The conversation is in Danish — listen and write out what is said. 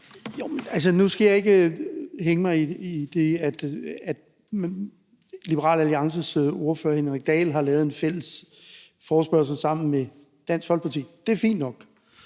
Nu skal jeg ikke hænge mig i det, at Liberal Alliances ordfører, hr. Henrik Dahl, har lavet en fælles forespørgsel sammen med Dansk Folkeparti – det er fint nok